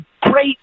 great